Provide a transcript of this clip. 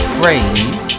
phrase